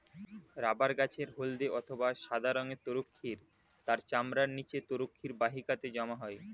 rubber গাছের হল্দে অথবা সাদা রঙের তরুক্ষীর তার চামড়ার নিচে তরুক্ষীর বাহিকাতে জমা হয়